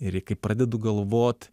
ir kai pradedu galvot